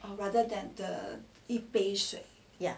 ya